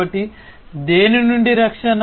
కాబట్టి దేని నుండి రక్షణ